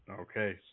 Okay